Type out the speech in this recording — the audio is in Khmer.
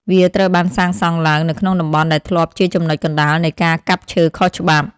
វាត្រូវបានសាងសង់ឡើងនៅក្នុងតំបន់ដែលធ្លាប់ជាចំណុចកណ្តាលនៃការកាប់ឈើខុសច្បាប់។